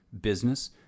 business